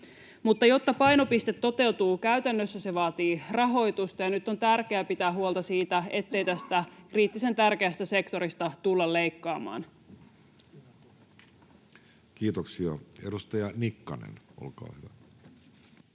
Jotta painopiste toteutuu käytännössä, se vaatii rahoitusta, ja nyt on tärkeää pitää huolta siitä, ettei tästä kriittisen tärkeästä sektorista tulla leikkaamaan. Kiitoksia. — Edustaja Nikkanen, olkaa hyvä.